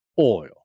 oil